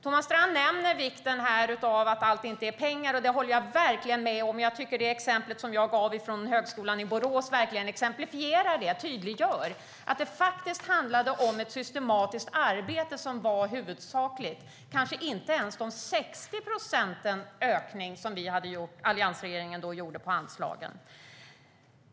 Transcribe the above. Thomas Strand nämner hur viktigt det är att allt inte är pengar. Det håller jag verkligen med om. Det exempel jag gav från högskolan i Borås tydliggör att det faktiskt handlar om ett systematiskt arbete, kanske inte ens de 60 procentens ökning som alliansregeringen gjorde på anslagen.